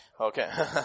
Okay